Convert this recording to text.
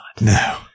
No